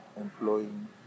employing